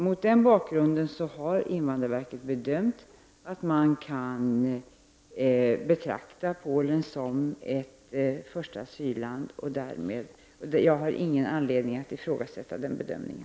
Mot denna bakgrund har invandrarverket bedömt att Polen kan betraktas som ett första asylland. Och jag har ingen anledning att ifrågasätta den bedömningen.